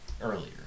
earlier